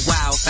Wow